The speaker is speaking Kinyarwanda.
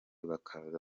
bakaza